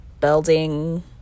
building